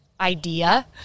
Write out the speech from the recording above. idea